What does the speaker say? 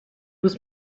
was